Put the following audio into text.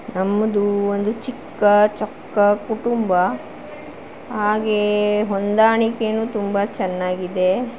ನಮ್ದು ಒಂದು ಚಿಕ್ಕ ಚೊಕ್ಕ ಕುಟುಂಬ ಹಾಗೆಯೇ ಹೊಂದಾಣಿಕೇನೂ ತುಂಬ ಚೆನ್ನಾಗಿದೆ